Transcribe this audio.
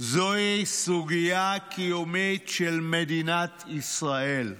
זוהי סוגיה קיומית של מדינת ישראל,